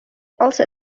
also